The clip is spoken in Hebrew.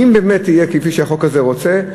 אם באמת יהיה כפי שהחוק הזה רוצה,